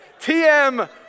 TM